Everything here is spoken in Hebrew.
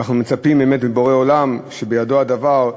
ואנחנו מצפים באמת מבורא עולם, שבידו הדבר,